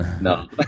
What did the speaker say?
no